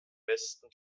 besten